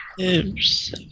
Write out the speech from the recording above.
Oops